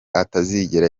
atazigera